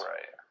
Right